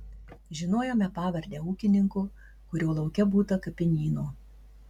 žinojome pavardę ūkininko kurio lauke būta kapinyno